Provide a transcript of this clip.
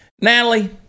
Natalie